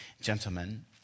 gentlemen